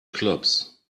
clubs